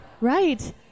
right